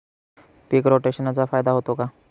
पीक रोटेशनचा फायदा होतो का?